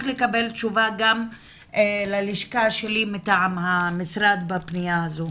לקבל תשובה גם ללשכה שלי מטעם המשרד בפניה הזו.